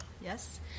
Yes